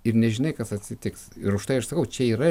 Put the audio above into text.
ir nežinai kas atsitiks ir už tai aš sakau čia yra